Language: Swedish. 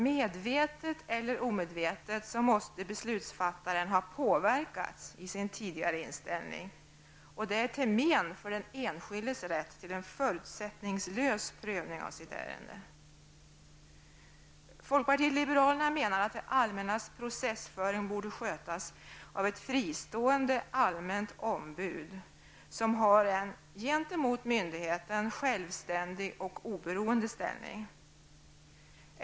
Medvetet eller omedvetet måste beslutsfattaren har påverkats i sin tidigare inställning till men för den enskildes rätt till en förutsättningslös prövning av sitt ärende. Folkpartiet liberalerna menar att det allmännas processföring borde skötas av ett fristående allmänt ombud, som har en, gentemot myndigheten, självständig och oberoende ställning.